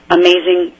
amazing